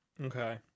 Okay